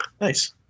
nice